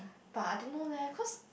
but I don't know leh cause